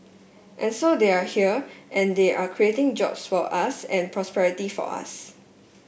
and so they are here and they are creating jobs for us and prosperity for us